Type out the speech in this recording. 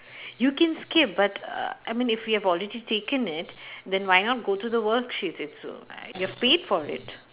you can skip but uh I mean if you've already taken it then why not go through the worksheets also you've paid for it